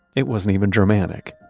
it wasn't even germanic.